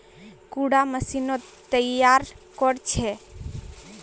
कुंडा मशीनोत तैयार कोर छै?